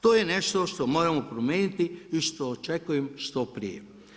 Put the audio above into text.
To je nešto što moramo promijeniti i što očekujem što prije.